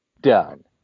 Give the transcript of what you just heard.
Done